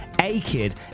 A-Kid